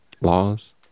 laws